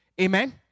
Amen